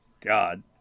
God